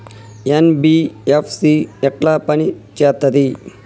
NBFC ఎట్ల పని చేత్తది?